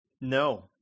No